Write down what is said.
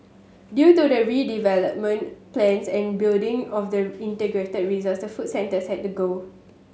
due to redevelopment plans and building of the integrated resort the food centres had to go